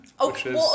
Okay